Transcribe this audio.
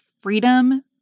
freedom